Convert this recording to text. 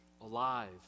alive